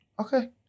Okay